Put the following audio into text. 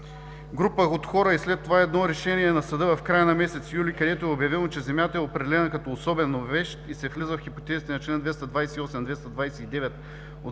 група от хора и след това едно решение на Съда в края на месец юли, където е обявено, че земята е определена като особена вещ и се влиза в хипотезите на членове 228 и 229 от